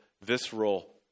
visceral